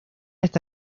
está